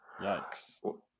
Yikes